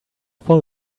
full